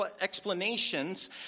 explanations